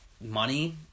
money